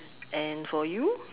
and for you